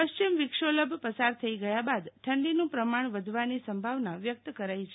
પશ્ચિમ વિક્ષોભ પસાર થઈ ગયા બાદ ઠંડીનું પ્રમાણ વધવાની સંભાવના વ્યક્ત કરાઈ છે